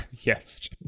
yes